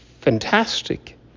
fantastic